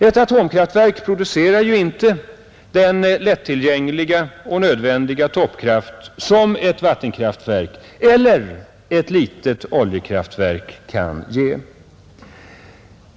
Ett atomkraftverk producerar ju inte den lättillgängliga och nödvändiga toppkraft som ett vattenkraftverk eller ett litet oljekraftverk kan ge.